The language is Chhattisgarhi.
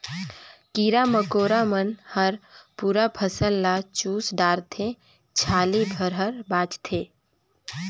कीरा मकोरा मन हर पूरा फसल ल चुस डारथे छाली भर हर बाचथे